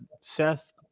Seth